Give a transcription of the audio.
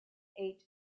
eight